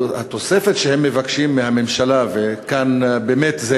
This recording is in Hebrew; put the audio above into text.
התוספת שהם מבקשים מהממשלה, וכאן באמת זה